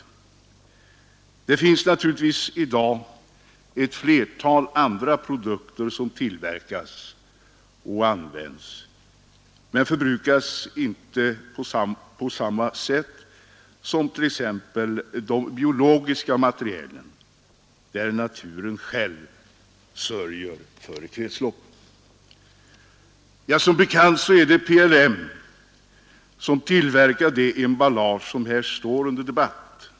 Det tillverkas och används naturligtvis i dag ett flertal andra produkter, som inte förbrukas på samma sätt som t. ex de biologiska produkterna där naturen själv sörjer för kretsloppet. Som bekant är det PLM som tillverkar det emballage som här står under debatt.